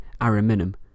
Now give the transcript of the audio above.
Ariminum